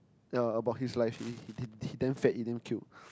yea about his life he he he damn fat he damn cute